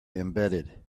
embedded